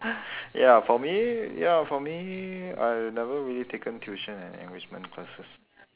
ya for me ya for me I never really taken tuition and enrichment classes